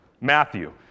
Matthew